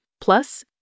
Plus